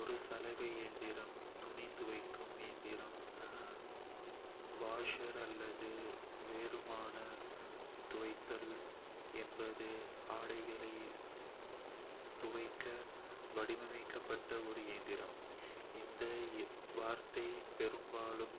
ஒரு சலவை இயந்திரம் சலவை இயந்திரம், துணி துவைக்கும் இயந்திரம், வாஷர் அல்லது வெறுமனே துவைத்தல் என்பது ஆடைகளை துவைக்க வடிவமைக்கப்பட்ட ஒரு இயந்திரம். இந்த வார்த்தை பெரும்பாலும்